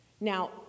Now